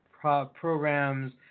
programs